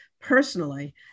personally